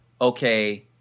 okay